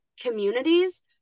communities